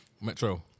Metro